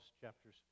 chapters